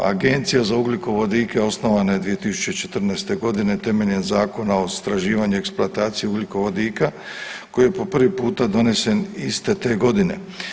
Agencija za ugljikovodike osnovana je 2014.g. temeljem Zakona o istraživanju i eksploataciji ugljikovodika koji je po prvi puta donesen iste te godine.